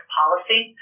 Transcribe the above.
policy